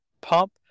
Pump